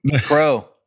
crow